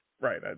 Right